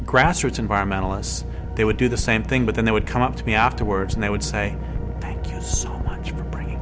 grassroots environmentalists they would do the same thing but then they would come up to me afterwards and they would say whispering thank you so much for bringing